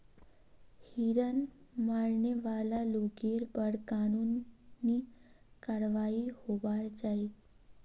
हिरन मारने वाला लोगेर पर कानूनी कारवाई होबार चाई